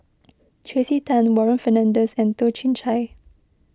Tracey Tan Warren Fernandez and Toh Chin Chye